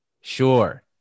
sure